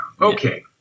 Okay